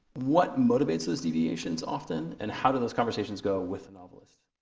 what motivates those deviations often and how do those conversations go with the novelist?